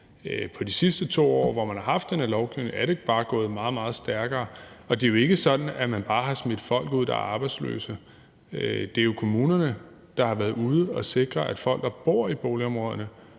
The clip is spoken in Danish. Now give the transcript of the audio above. på de sidste 2 år, hvor man har haft den her lovgivning, bare er gået meget, meget stærkere, og det er jo ikke sådan, at man bare har smidt folk ud, der er arbejdsløse. Det er jo kommunerne, der har været ude at sikre, at folk, der bor i boligområderne,